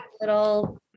little